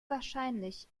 wahrscheinlich